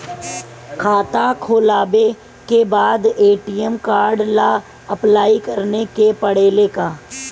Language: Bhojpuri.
खाता खोलबाबे के बाद ए.टी.एम कार्ड ला अपलाई करे के पड़ेले का?